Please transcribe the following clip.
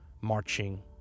marching